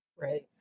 right